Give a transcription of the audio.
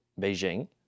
Beijing